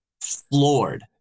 floored